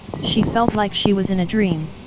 she felt like she was in a dream.